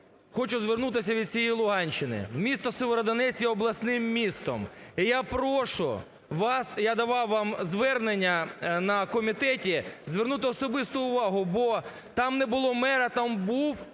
Хочу звернутися від всієї Луганщини. Місто Сєвєродонецьк є обласним містом, і я прошу вас, я давав вам звернення на комітеті, звернути особисту увагу, бо там не було мера, там був